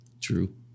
True